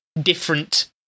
different